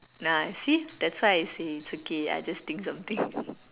ah you see that's why I say it's okay I just think something